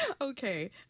okay